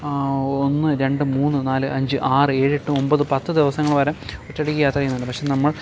ഒന്ന് രണ്ട് മൂന്ന് നാല് അഞ്ച് ആറ് ഏഴെട്ട് ഒമ്പത് പത്ത് ദിവസങ്ങൾ വരെ ഒറ്റയടിക്ക് യാത്ര ചെയ്യുന്നുണ്ട് പക്ഷേ നമ്മൾ